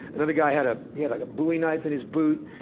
another guy had ah yeah like a bowie knife in his boot,